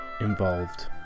Involved